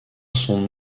son